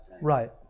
Right